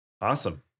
Awesome